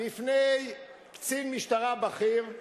בפני קצין משטרה בכיר,